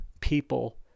people